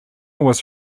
was